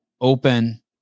open